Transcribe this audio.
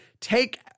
take